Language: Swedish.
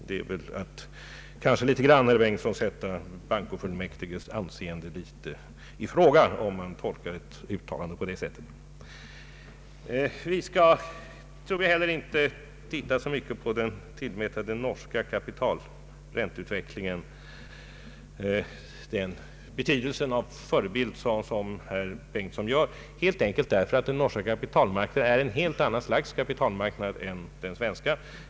Detta är väl ändå, herr Bengtson, att litet grand sätta bankofullmäktiges anseende i fråga. Vi skall inte heller tillmäta den norska ränteutvecklingen den betydelse av förebild som herr Bengtson gör, helt enkelt därför att den norska kapitalmarknaden är av ett helt annat slag än den svenska.